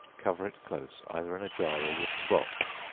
cover it close, either in a jar or wooden box,